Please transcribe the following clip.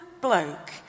bloke